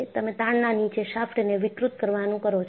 તમે તાણના નીચે શાફ્ટ ને વિકૃત કરવાનું કરો છો